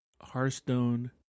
Hearthstone